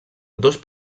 dos